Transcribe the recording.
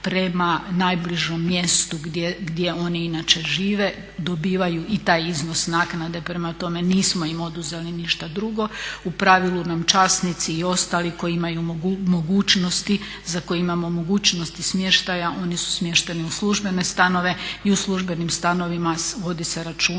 prema najbližem mjestu gdje oni inače žive. Dobivaju i taj iznos naknade prema tome nismo im oduzeli ništa dugo. U pravilu nam časnici i ostali koji imaju mogućnosti, za koje imamo mogućnosti smještaja oni su smješteni u službene stanove i u službenim stanovima vodi se računa